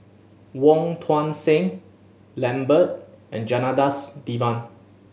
Wong Tuang Seng Lambert and Janadas Devan